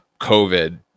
covid